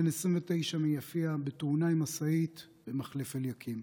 בן 29 מיפיע, בתאונה עם משאית במחליף אליקים.